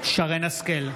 שרן מרים השכל,